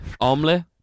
Omelette